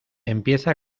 empieza